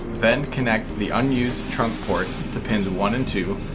then connect the unused trunk port to pins one and two.